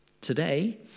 today